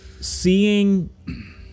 seeing